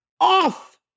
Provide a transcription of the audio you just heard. off